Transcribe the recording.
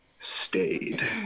stayed